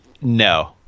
No